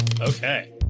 Okay